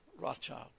Rothschild